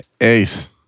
Ace